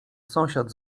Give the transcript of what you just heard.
sąsiad